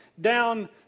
down